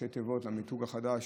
ראשי תיבות למיתוג החדש,